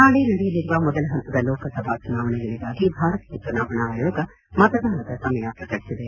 ನಾಳೆ ನಡೆಯಲಿರುವ ಮೊದಲ ಹಂತದ ಲೋಕಸಭಾ ಚುನಾವಣೆಗಳಿಗಾಗಿ ಭಾರತೀಯ ಚುನಾವಣಾ ಆಯೋಗ ಮತದಾನದ ಸಮಯ ಪ್ರಕಟಿಸಿದೆ